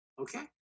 Okay